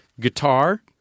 Guitar